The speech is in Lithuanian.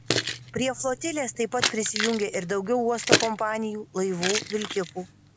prie flotilės taip pat prisijungė ir daugiau uosto kompanijų laivų vilkikų